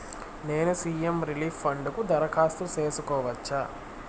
నేను CM relief fund కు దరఖాస్తు సేసుకోవచ్చా?